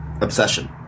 obsession